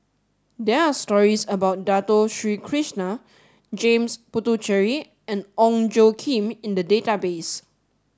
there are stories about Dato Sri Krishna James Puthucheary and Ong Tjoe Kim in the database